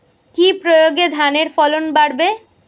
কি প্রয়গে ধানের ফলন বাড়বে?